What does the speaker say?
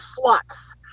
flux